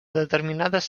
determinades